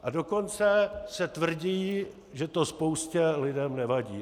A dokonce se tvrdí, že to spoustě lidí nevadí.